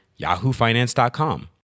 yahoofinance.com